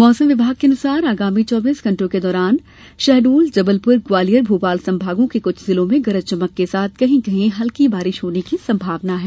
मौसम विभाग के अनुसार आगामी चौबीस घंटों के दौरान शहडोल जबलपुर ग्वालियर भोपाल संभागों के कुछ जिलों में गरज चमक के साथ कहीं कहीं हल्की बारिश होने की संभावना है